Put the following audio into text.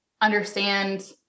understand